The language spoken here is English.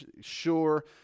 sure